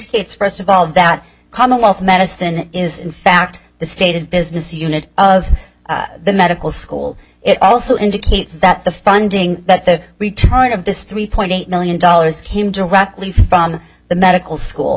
indicates first of all that commonwealth medicine is in fact the stated business unit of the medical school it also indicates that the funding that the return of this three point eight million dollars came directly from the medical school